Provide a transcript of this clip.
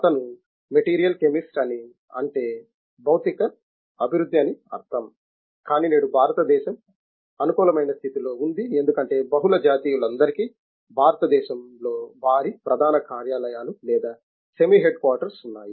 అతను material chemist అంటే భౌతిక అభివృద్ధి అని అర్థం కానీ నేడు భారతదేశం అనుకూలమైన స్థితిలో ఉంది ఎందుకంటే బహుళ జాతీయులందరికీ భారతదేశంలో వారి ప్రధాన కార్యాలయాలు లేదా సెమీ హెడ్ క్వార్టర్స్ ఉన్నాయి